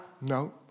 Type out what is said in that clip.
No